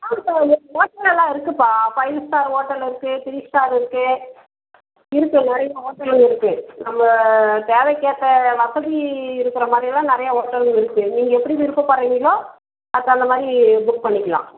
இப்போ இங்கே ஹோட்டல் எல்லாம் இருக்குதுப்பா ஃபைவ் ஸ்டார் ஹோட்டல் இருக்குது த்ரீ ஸ்டார் இருக்குது இருக்குது நிறையா ஹோட்டலு இருக்குது நம்ம தேவைக்கேற்ற வசதி இருக்கிற மாதிரிலாம் நிறையா ஹோட்டல் இருக்குது நீங்கள் எப்படி விருப்பப்படுறிங்களோ அதுக்கு தகுந்த மாதிரி புக் பண்ணிக்கலாம்